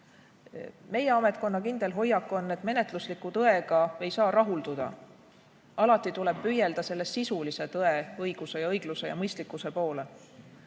Meie ametkonna kindel hoiak on, et menetlusliku tõega ei saa rahulduda. Alati tuleb püüelda sisulise tõe, õiguse, õigluse ja mõistlikkuse poole. Ma